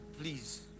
please